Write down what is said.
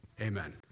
Amen